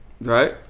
right